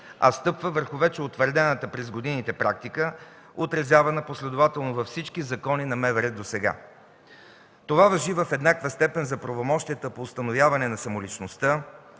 а стъпва върху вече утвърдената през годините практика, отразявана последователно във всички закони за МВР досега. Това важи в еднаква степен за правомощията по установяване на самоличността,